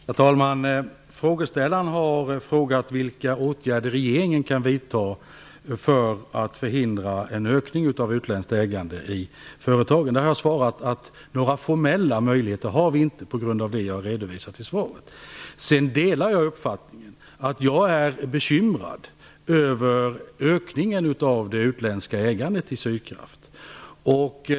Herr talman! Frågeställaren har frågat vilka åtgärder regeringen kan vidta för att förhindra en ökning av utländskt ägande i företagen. Där har jag svarat att vi inte har några formella möjligheter på grund av det jag har redovisat i svaret. Jag är bekymrad över ökningen av det utländska ägandet i Sydkraft.